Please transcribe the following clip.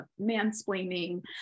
mansplaining